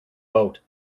boat